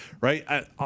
right